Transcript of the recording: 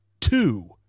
two